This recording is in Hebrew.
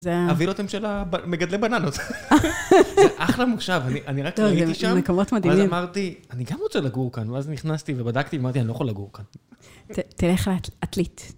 זה.. הווילות הן של המגדלי בננות. זה אחלה מושב, אני רק הייתי שם, אז אמרתי, אני גם רוצה לגור כאן, ואז נכנסתי ובדקתי, אמרתי, אני לא יכול לגור כאן. תלך לעתלית.